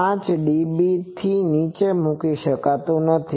5 dbથી નીચે મૂકી શકાતું નથી